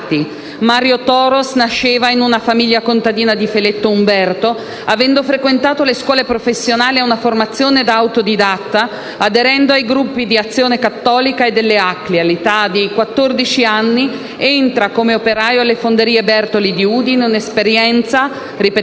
Mario Toros nasce in una famiglia contadina di Feletto Umberto. Avendo frequentato le scuole professionali, ha una formazione da autodidatta. Mario Toros aderisce ai gruppi di Azione Cattolica e delle ACLI. All’età di quattordici anni entra come operaio nelle fonderie Bertoli di Udine: un’esperienza - ripeteva